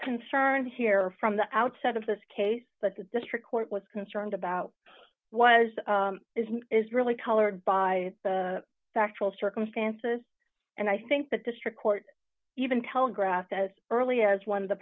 concern here from the outset of this case that the district court was concerned about was is is really colored by the factual circumstances and i think the district court even telegraphed as early as one of the